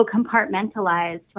compartmentalized